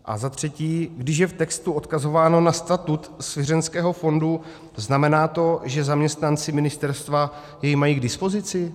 A za třetí, když je v textu odkazováno na statut svěřenského fondu, znamená to, že zaměstnanci ministerstva jej mají k dispozici?